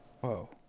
Whoa